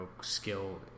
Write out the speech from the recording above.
skill